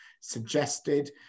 suggested